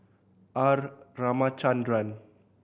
R Ramachandran